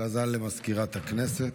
הודעה לסגנית מזכיר הכנסת.